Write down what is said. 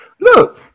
Look